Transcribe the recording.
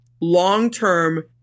long-term